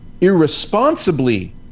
irresponsibly